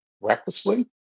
recklessly